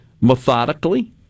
methodically